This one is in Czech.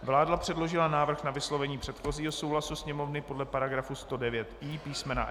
Vláda předložila návrh na vyslovení předchozího souhlasu Sněmovny podle § 109i písm.